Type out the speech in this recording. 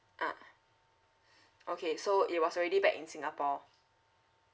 ah okay so it was already back in singapore